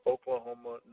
Oklahoma